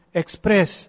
express